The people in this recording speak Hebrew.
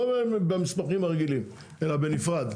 לא במסמכים הרגילים, אלא בנפרד.